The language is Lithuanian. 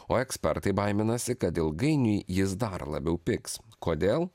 o ekspertai baiminasi kad ilgainiui jis dar labiau pigs kodėl